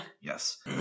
Yes